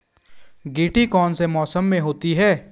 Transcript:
गेंठी कौन से मौसम में होती है?